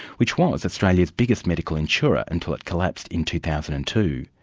which was australia's biggest medical insurer until it collapsed in two thousand and two.